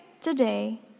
today